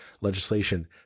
legislation